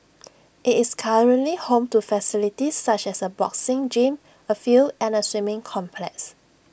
IT is currently home to facilities such as A boxing gym A field and A swimming complex